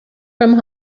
from